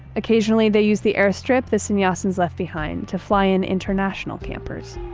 occasionally they use the airstrip the sannyasins left behind to fly in international campers